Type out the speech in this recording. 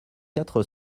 quatre